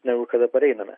negu kada pareiname